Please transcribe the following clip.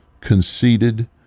conceited